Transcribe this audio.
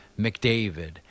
McDavid